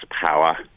power